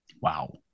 Wow